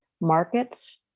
markets